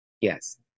Yes